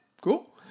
Cool